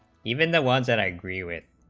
even the ones and i agree with,